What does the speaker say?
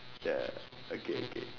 ya okay okay